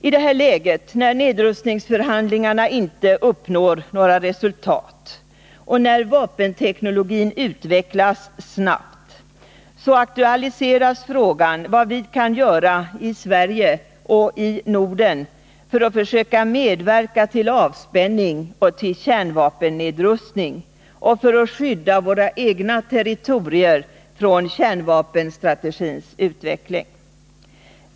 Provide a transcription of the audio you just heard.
I detta läge, när nedrustningsförhandlingarna inte uppnår några resultat och när vapenteknologin utvecklas snabbt, aktualiseras frågan om vad vi kan göra i Sverige och i Norden för att försöka medverka till avspänning och kärnvapennedrustning och för att skydda våra egna territorier från kärnvapenstrategins utveckling.